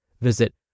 Visit